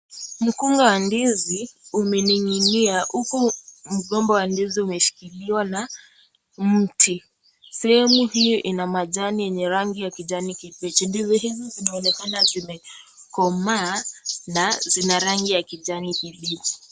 Mkunga wa ndizi umening'inia, huko mgomba wa ndizi umeshikiliwa na mti. Sehemu hiyo ina majani yenye rangi ya kijani kibichi. Ndizi hizi zinaonekana zimekomaa na zina rangi ya kijani kibichi.